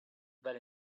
but